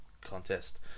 contest